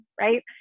right